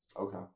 Okay